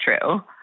true